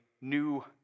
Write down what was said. new